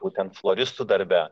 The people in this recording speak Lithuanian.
būtent floristų darbe